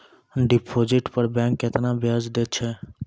Deposit पर bank केतना ब्याज दै छै?